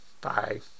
Bye